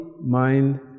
mind